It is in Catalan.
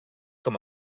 com